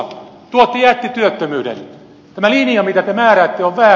tämä linja mitä te määräätte on väärä